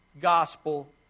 gospel